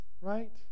right